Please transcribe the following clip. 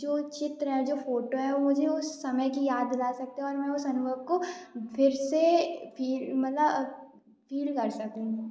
जो चित्र है जो फोटो है वो मुझे उस समय की याद दिला सकता है और मैं उस समय को फिर से मतलब फ़ील कर सकूँ